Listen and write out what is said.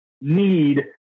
need